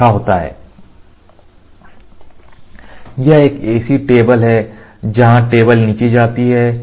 यह एक ऐसी टेबल है जहां टेबल नीचे जाती है